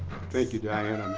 thank you diana.